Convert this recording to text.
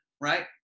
Right